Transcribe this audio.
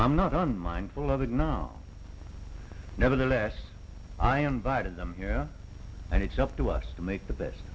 i'm not done mindful of it no nevertheless i invited them yeah and it's up to us to make the best